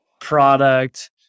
product